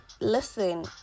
listen